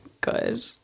good